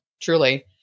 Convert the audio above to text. truly